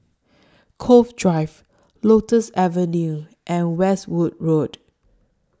Cove Drive Lotus Avenue and Westwood Road